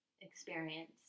experience